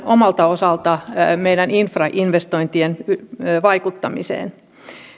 omalta osaltaan meidän infrainvestointeihin vaikuttamiseen